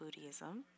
Buddhism